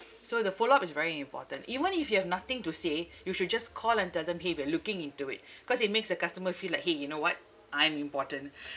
so the follow up is very important even if you have nothing to say you should just call and tell them !hey! we are looking into it because it makes a customer feel like !hey! you know what I'm important